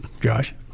josh